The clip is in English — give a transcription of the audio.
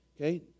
Okay